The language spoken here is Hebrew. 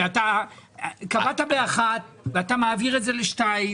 קבעת ב-13:00 ואתה מעביר את זה ל-14:00.